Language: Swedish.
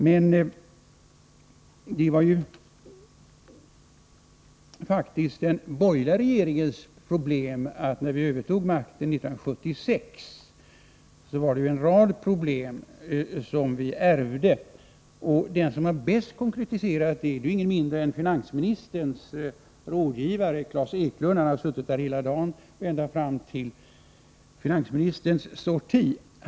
Men när vi övertog regeringsmakten 1976 ärvde vi faktiskt en rad problem. Den som bäst har konkretiserat dem är ingen mindre än finansministerns rådgivare Klas Eklund. Han har suttit i kammaren hela dagen ända fram till finansministerns sorti.